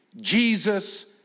Jesus